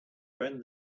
friend